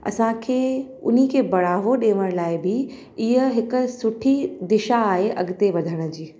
असांखे उन ई खे बढ़ावो ॾियण लाइ बि इहा हिकु सुठी दिशा आहे अॻिते वधण जी